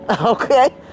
okay